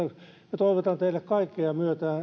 ja toivotan teille kaikkea